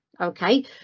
Okay